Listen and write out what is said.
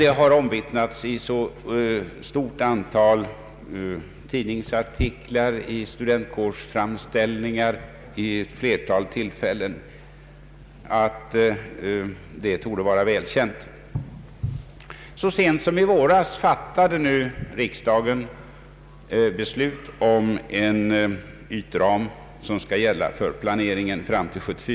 Detta har omvittnats i ett stort antal tidningsartiklar och i studentkårsframställningar vid ett flertal tillfällen och torde därför vara väl känt. Så sent som i våras fattade riksdagen beslut om en ytram som skall gälla för planeringen fram till 1974/75.